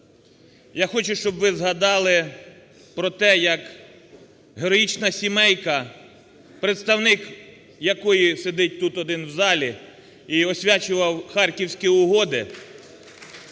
Я хочу, щоб ви згадали про те, як героїчна сімейка, представник якої сидить тут один в залі і освячував харківські угоди...